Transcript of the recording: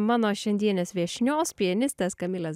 mano šiandienės viešnios pianistės kamilės